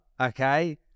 okay